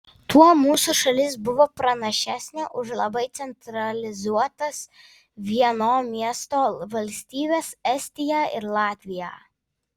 tuo mūsų šalis buvo pranašesnė už labai centralizuotas vieno miesto valstybes estiją ir latviją